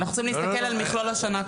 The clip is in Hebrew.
אנחנו צריכים להסתכל על מכלול השנה כולה.